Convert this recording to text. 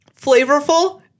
Flavorful